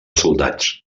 soldats